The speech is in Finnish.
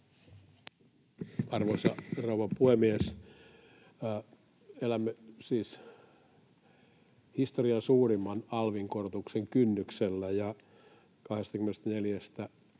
Arvoisa rouva puhemies! Elämme siis historian suurimman alvin korotuksen kynnyksellä: 24:stä